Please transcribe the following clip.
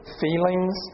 feelings